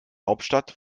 hauptstadt